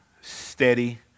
steady